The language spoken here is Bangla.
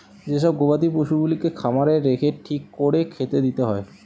যে সব গবাদি পশুগুলাকে খামারে রেখে ঠিক কোরে খেতে দিতে হয়